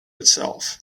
itself